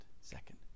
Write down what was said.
second